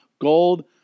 Gold